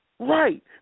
Right